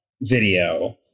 video